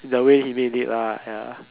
the way he made it lah ya